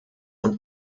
und